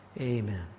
Amen